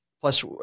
Plus